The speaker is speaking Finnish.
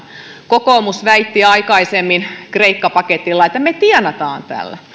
kokoomus väitti aikaisemmin kreikka paketista että me tienaamme tällä